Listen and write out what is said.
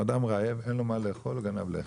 הוא אדם רעב, אין לו מה לאכול, הוא גנב לחם.